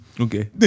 Okay